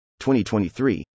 2023